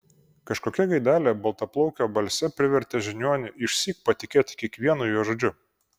kažkokia gaidelė baltaplaukio balse privertė žiniuonį išsyk patikėti kiekvienu jo žodžiu